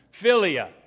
Philia